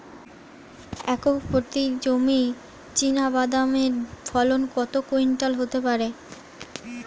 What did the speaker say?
Acre প্রতি জমিতে চীনাবাদাম এর ফলন কত কুইন্টাল হতে পারে?